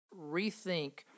rethink